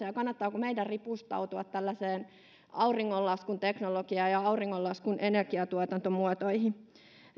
ja kannattaako meidän nimenomaan suomessa ripustautua tällaiseen auringonlaskun teknologiaan ja auringonlaskun energiantuotantomuotoihin